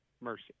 mercy